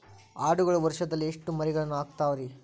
ಆಡುಗಳು ವರುಷದಲ್ಲಿ ಎಷ್ಟು ಮರಿಗಳನ್ನು ಹಾಕ್ತಾವ ರೇ?